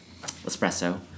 espresso